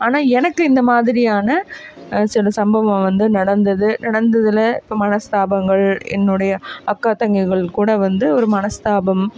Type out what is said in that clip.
ஆனால் எனக்கு இந்த மாதிரியான சில சம்பவம் வந்து நடந்தது நடந்ததில் இப்போ மனஸ்தாபங்கள் என்னுடைய அக்கா தங்கைகள் கூட வந்து ஒரு மனஸ்தாபம்